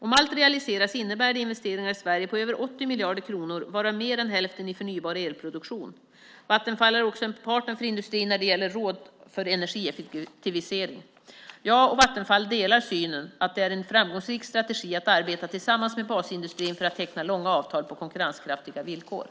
Om allt realiseras innebär det investeringar i Sverige på över 80 miljarder kronor, varav mer än hälften i förnybar elproduktion. Vattenfall är också en partner för industrin när det gäller råd för energieffektivisering. Jag och Vattenfall delar synen att det är en framgångsrik strategi att arbeta tillsammans med basindustrin för att teckna långa avtal på konkurrenskraftiga villkor.